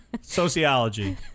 sociology